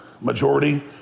majority